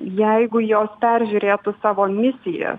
jeigu jos peržiūrėtų savo misiją